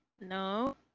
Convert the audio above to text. No